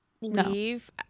leave